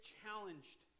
challenged